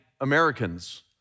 Americans